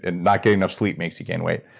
and not getting enough sleep makes you gain weight.